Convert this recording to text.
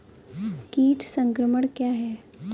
कीट संक्रमण क्या है?